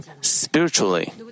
spiritually